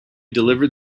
delivered